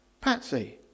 Patsy